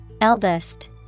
Eldest